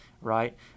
right